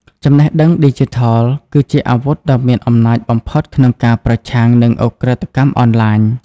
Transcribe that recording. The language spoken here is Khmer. ចំណេះដឹងឌីជីថល គឺជាអាវុធដ៏មានអំណាចបំផុតក្នុងការប្រឆាំងនឹងឧក្រិដ្ឋកម្មអនឡាញ។